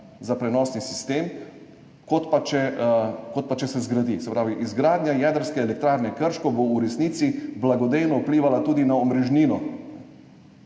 za prenosni sistem, kot pa če se zgradi. Se pravi, izgradnja jedrske elektrarne Krško bo v resnici blagodejno vplivala tudi na omrežnino.